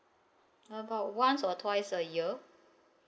about once or twice a year